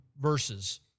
verses